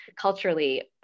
culturally